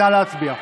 נא להצביע.